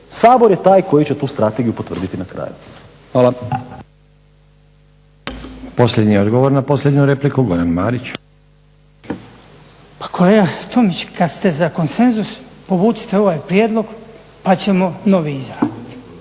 Sabor je taj koji će tu strategiju potvrditi na kraju. Hvala.